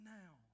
now